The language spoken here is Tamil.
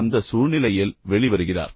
அந்தச் சூழ்நிலையில் வெளிவருகிறார்